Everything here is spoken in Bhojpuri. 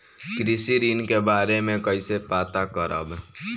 कृषि ऋण के बारे मे कइसे पता करब?